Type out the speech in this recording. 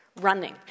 running